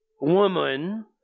woman